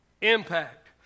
Impact